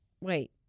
wait